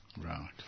Right